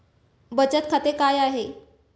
बचत खाते काय आहे?